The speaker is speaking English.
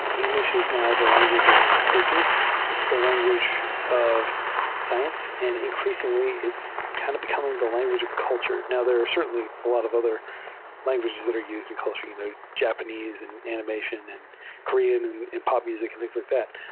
engl ish is now the language of business. it's the language of science, and increasingly it's kind of becoming the language of culture. now, there are certainly a lot of other languages that are used in culture, you know japanese and animation and korean in in pop mus ic and things like that.